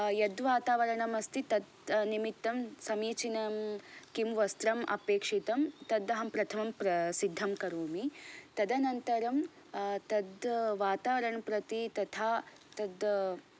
यद्वातावरणम् अस्ति तद् निमित्तं समीचीनम् किं वस्त्रम् अपेक्षितं तद् अहं प्रथमं सिद्धं करोमि तदनन्तरं तद् वातावरणं प्रति तथा तद्